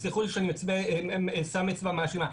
תסלחו לי שאני שם אצבע מאשימה,